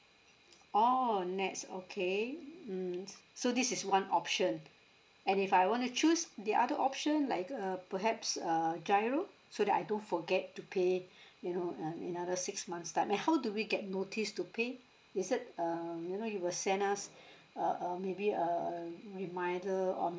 oh N_E_T_S okay mm so this is one option and if I want to choose the other option like err perhaps err G_I_R_O so that I don't forget to pay you know um in another six months time and how do we get notice to pay is it um you know you will send us a a maybe a reminder or